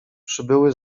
przybyły